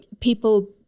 people